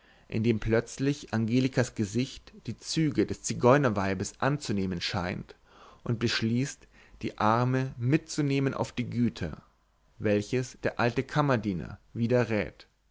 indem plötzlich angelikas gesicht die züge des zigeunerweibes anzunehmen scheint und beschließt die arme mitzunehmen auf die güter welches der alte kammerdiener widerrät